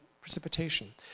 precipitation